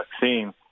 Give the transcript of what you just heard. vaccine